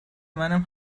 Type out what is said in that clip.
منم